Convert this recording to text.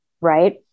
Right